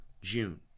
June